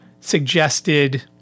suggested